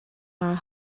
are